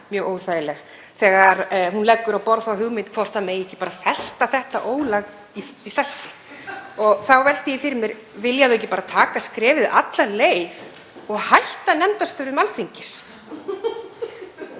mjög óþægileg þegar hún leggur á borð þá hugmynd hvort ekki megi festa þetta ólag í sessi. Þá velti ég fyrir mér: Vilja þau ekki bara taka skrefið alla leið og hætta nefndastörfum Alþingis?